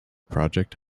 project